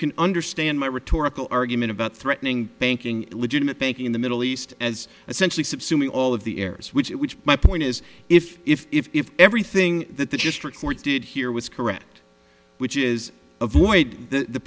can understand my rhetorical argument about threatening banking legitimate banking in the middle east as essentially subsuming all of the errors which it which my point is if if if if everything that the district court did here was correct which is avoid th